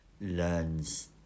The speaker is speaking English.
learns